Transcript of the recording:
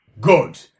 Good